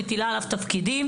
נותנת לו תפקידים,